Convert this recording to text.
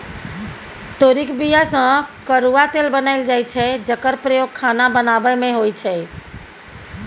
तोरीक बीया सँ करुआ तेल बनाएल जाइ छै जकर प्रयोग खाना बनाबै मे होइ छै